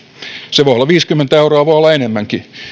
se voi olla viisikymmentä euroa voi olla enemmänkin